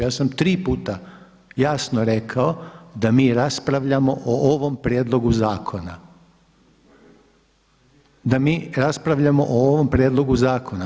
Ja sam tri puta jasno rekao da mi raspravljamo o ovom prijedlogu zakona, da mi raspravljamo o ovom prijedlogu zakona.